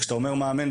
כשאתה אומר שאתה מאמן,